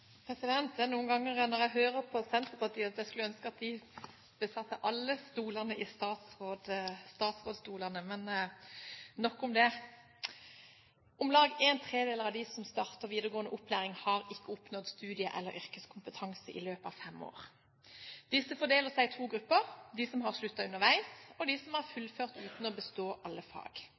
noen ganger, når jeg hører på Senterpartiet, jeg skulle ønske at de besatte alle statsrådsstolene – men nok om det. Om lag ⅓ av dem som starter videregående opplæring, har ikke oppnådd studie- eller yrkeskompetanse i løpet av fem år. Disse fordeler seg i to grupper: de som har sluttet underveis, og de som har fullført uten å bestå alle fag.